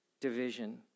Division